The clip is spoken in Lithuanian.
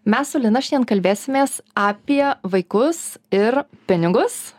mes su lina šian kalbėsimės apie vaikus ir pinigus